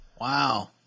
Wow